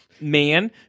man